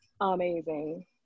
Amazing